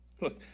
Look